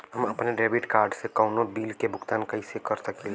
हम अपने debit card से कउनो बिल के भुगतान कइसे कर सकीला?